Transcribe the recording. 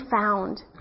found